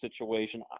situation